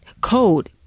code